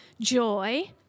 joy